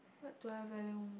what do I value